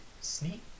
sneak